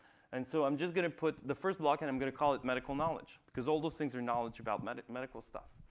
and so i'm just going to put the first block, and i'm going to call it medical knowledge, because all those things are knowledge about medical medical stuff.